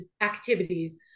activities